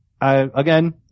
Again